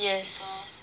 yes